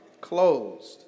closed